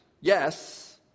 yes